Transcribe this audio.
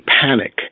panic